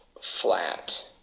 flat